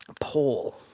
Paul